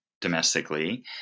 domestically